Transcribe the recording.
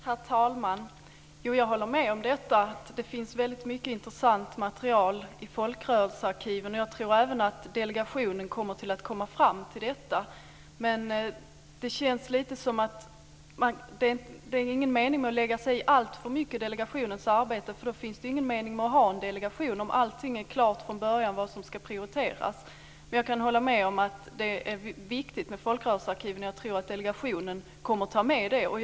Herr talman! Jag håller med om att det finns väldigt mycket intressant material i folkrörelsearkiven. Jag tror även att delegationen kommer att komma fram till detta. Det känns som om det inte är någon mening med att lägga sig i alltför mycket i delegationens arbete. Om allting är klart från början när det gäller vad som ska prioriteras är det ingen mening med att ha en delegation. Jag kan hålla med om att det är viktigt med folkrörelsearkiv. Jag tror att delegationen kommer att ta med det.